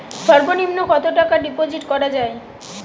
সর্ব নিম্ন কতটাকা ডিপোজিট করা য়ায়?